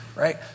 Right